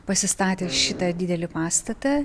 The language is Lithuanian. pasistatė šitą didelį pastatą